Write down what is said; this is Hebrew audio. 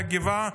מהגבעה,